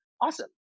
Awesome